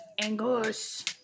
Angus